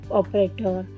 operator